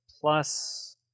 Plus